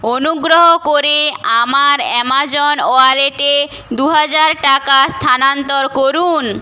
অনুগ্রহ করে আমার অ্যামাজন ওয়ালেটে দু হাজার টাকা স্থানান্তর করুন